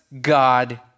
God